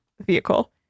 vehicle